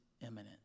imminent